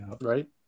right